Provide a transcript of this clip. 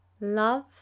Love